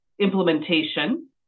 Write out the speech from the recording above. implementation